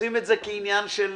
עושים את זה כעניין שבשגרה.